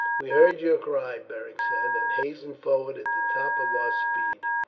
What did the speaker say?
we heard your cry, beric said, and hastened forward at the top of our speed.